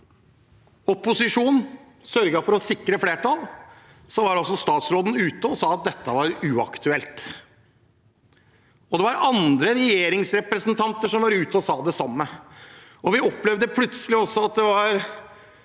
opposisjonen sørget for å sikre flertall, var statsråden ute og sa at dette var uaktuelt. Andre regjeringsrepresentanter var ute og sa det samme. Vi opplevde plutselig også at det var